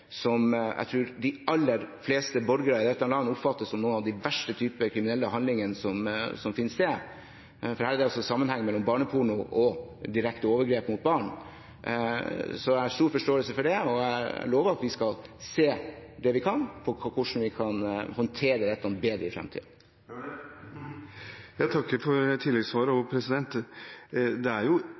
som jeg tror de aller fleste borgere i dette landet oppfatter som en av de verste typer kriminelle handlinger som finner sted, for her er det sammenheng mellom barneporno og direkte overgrep mot barn. Så jeg har stor forståelse for det, og jeg lover at vi skal se på hvordan vi kan håndtere dette bedre i framtiden. Jeg takker for svaret. Det er viktig også i lys av personvernet å se på reelt vern for personer, for det